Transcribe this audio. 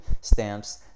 stamps